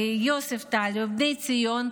יוספטל, בני ציון,